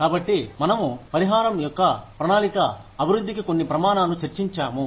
కాబట్టి మనము పరిహారం యొక్క ప్రణాళిక అభివృద్ధికి కొన్ని ప్రమాణాలు చర్చించాము